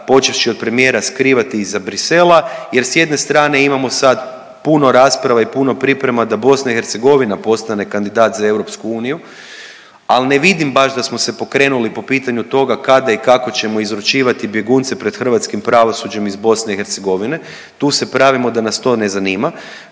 počevši od premijera, skrivati iza Bruxsellesa jer s jedne strane imamo sad puno rasprava i puno priprema da BIH postane kandidat za EU, al ne vidim baš da smo se pokrenuli po pitanju toga kada i kako ćemo izručivati bjegunce pred hrvatskim pravosuđem iz BIH, tu se pravimo da nas to ne zanima